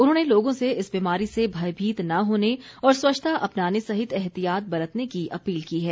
उन्होंने लोगों से इस बीमारी से भयभीत न होने और स्वच्छता अपनाने सहित एहतियात बरतने की अपील की है